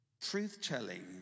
truth-telling